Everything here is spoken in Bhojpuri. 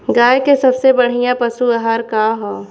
गाय के सबसे बढ़िया पशु आहार का ह?